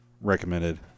recommended